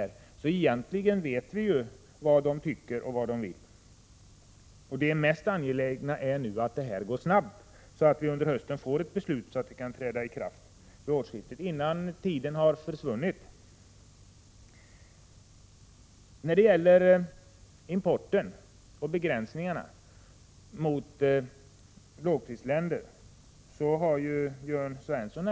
Vi vet därför egentligen vad de tycker och vad de vill. Det mest angelägna nu är att det här går snabbt, så att ett beslut kan fattas under hösten och träda i kraft vid årsskiftet. När det gäller importen från och begränsningarna mot lågprisländer tycker jagatt Jörn Svensson